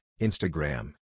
Instagram